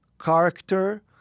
character